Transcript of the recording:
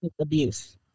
Abuse